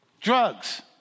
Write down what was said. drugs